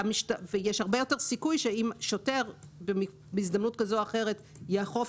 ויש הרבה יותר סיכוי שאם שוטר בהזדמנות כזו או אחרת יאכוף,